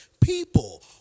People